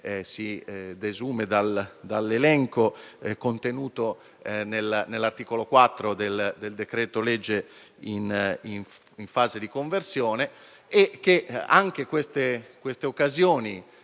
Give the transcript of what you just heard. si desume dall'elenco contenuto nell'articolo 4 del decreto‑legge in conversione), e che queste occasioni,